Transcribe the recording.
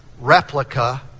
replica